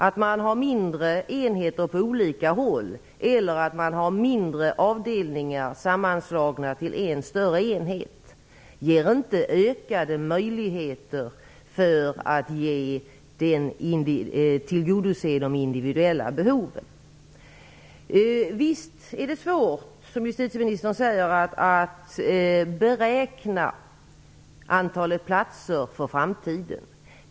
Att man har mindre enheter på olika håll eller att mindre avdelningar sammanslås till en större enhet ger inte ökade möjligheter att tillgodose de individuella behoven. Visst är det svårt, som justitieministern säger, att beräkna antalet platser för framtiden.